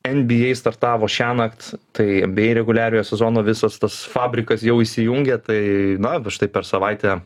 nba startavo šiąnakt tai bei reguliariojo sezono visos tas fabrikas jau įsijungė tai na štai per savaitę